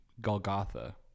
Golgotha